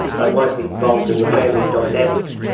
they won't be involved in the family dynamics,